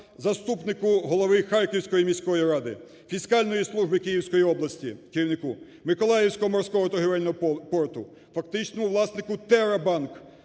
заступнику голови Харківської міської ради. Фіскальної служби Київської області, керівнику. Миколаївського морського торгівельного порту. Фактично власнику "Терра банк",